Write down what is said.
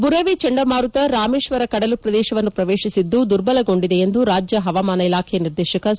ಬುರೆವಿ ಚಂಡಮಾರುತ ರಾಮೇಶ್ವರ ಕೆಡಲು ಪ್ರದೇಶವನ್ನು ಪ್ರವೇಶಿಸಿದ್ದು ದುರ್ಬಲಗೊಂಡಿದೆ ಎಂದು ರಾಜ್ಯ ಹವಾಮಾನ ಇಲಾಖೆ ನಿರ್ದೇಶಕ ಸಿ